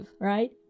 right